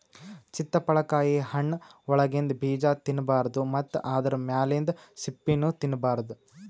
ಚಿತ್ತಪಳಕಾಯಿ ಹಣ್ಣ್ ಒಳಗಿಂದ ಬೀಜಾ ತಿನ್ನಬಾರ್ದು ಮತ್ತ್ ಆದ್ರ ಮ್ಯಾಲಿಂದ್ ಸಿಪ್ಪಿನೂ ತಿನ್ನಬಾರ್ದು